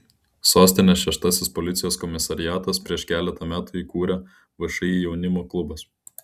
sostinės šeštasis policijos komisariatas prieš keletą metų įkūrė všį jaunimo klubas